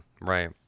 right